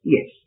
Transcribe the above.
Yes